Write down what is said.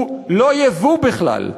הוא לא ייבוא בכלל,